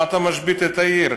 מה אתה משבית את העיר?